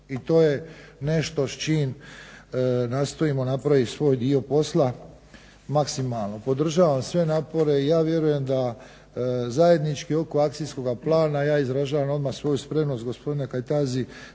I to je nešto s čim nastojimo napraviti svoj dio posla maksimalno. Podržavam sve napore i ja vjerujem da zajednički oko akcijskoga plana ja izražavam odmah svoju spremnost gospodine Kajtazi